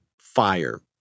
Fire